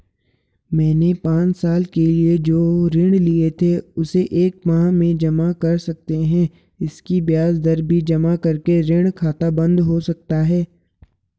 मैंने पांच साल के लिए जो ऋण लिए थे उसे एक माह में जमा कर सकते हैं इसकी ब्याज दर भी जमा करके ऋण खाता बन्द हो सकता है?